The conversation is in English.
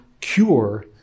cure-